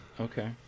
Okay